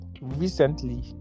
recently